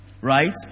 right